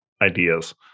ideas